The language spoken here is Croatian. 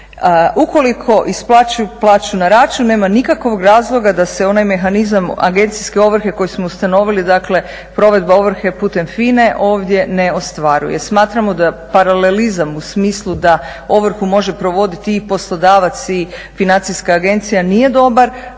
Ukoliko isplaćuju plaću na račun nema nikakvog razloga da se onaj mehanizam agencijske ovrhe koji smo ustanovili, dakle provedba ovrhe putem FINA-e, ovdje ne ostvaruje. Smatramo da paralelizam u smislu da ovrhu može provoditi i poslodavac i financijska agencija nije dobar.